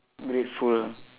grateful